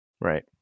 Right